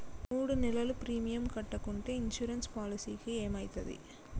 మూడు నెలలు ప్రీమియం కట్టకుంటే ఇన్సూరెన్స్ పాలసీకి ఏమైతది?